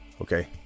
Okay